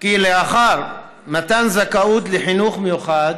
כי לאחר מתן זכאות לחינוך מיוחד